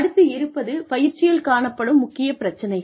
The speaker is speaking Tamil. அடுத்து இருப்பது பயிற்சியில் காணப்படும் முக்கிய பிரச்சனைகள்